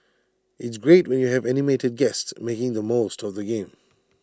it's great when you have animated guests making the most of the game